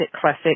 classic